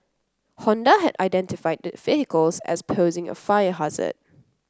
Honda had identified the vehicles as posing a fire hazard